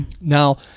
Now